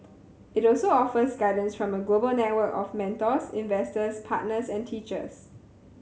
it also offers guidance from a global network of mentors investors partners and teachers